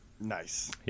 Nice